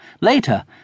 Later